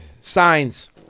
Signs